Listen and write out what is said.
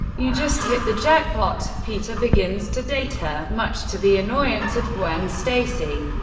you just hit the jackpot! peter begins to date her, much to the annoyance of gwen stacy.